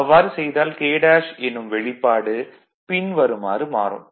அவ்வாறு செய்தால் K எனும் வெளிப்பாடு பின் வருமாறு மாறும்